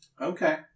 Okay